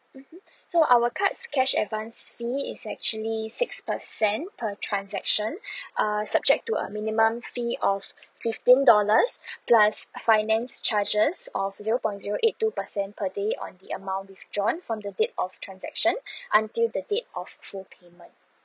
mmhmm so our card cash advance fee is actually six percent per transaction err subject to a minimum fee of fifteen dollars plus finance charges of zero point zero eight two percent per day on the amount withdrawn from the date of transaction until the date of full payment